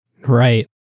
Right